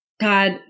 God